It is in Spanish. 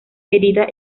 herida